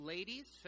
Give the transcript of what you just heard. Ladies